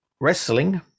Wrestling